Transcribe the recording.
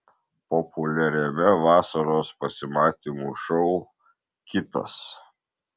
populiariame vasaros pasimatymų šou kitas